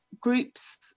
groups